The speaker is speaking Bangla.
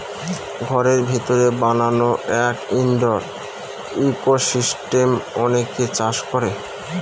ঘরের ভিতরে বানানো এক ইনডোর ইকোসিস্টেম অনেকে চাষ করে